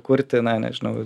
kurti na nežinau